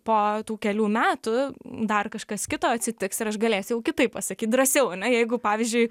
po tų kelių metų dar kažkas kito atsitiks ir aš galėsiu jau kitaip pasakyt drąsiau ane jeigu pavyzdžiui